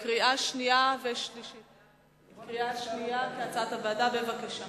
קריאה שנייה כהצעת הוועדה, בבקשה.